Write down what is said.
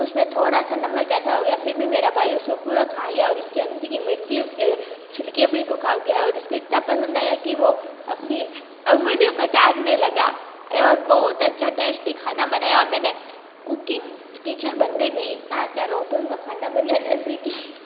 उस में थोड़ा सा नमक ज़्यादा हो गया फिर भी मेरा भाई उसको पूरा खा लिया और उसके अंदर की मिर्ची उसके छिलके भी को खा गया और उसको इतना पसंद आया कि वो अपनी उंगलियों को चाटने लगा और बहुत अच्छा टेस्टी खाना बनाया मैंने कुकिंग टीचर बन गई मैं इतना अच्छा लॉकडाउन में खाना बनाना सीख ली